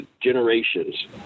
generations